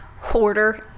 hoarder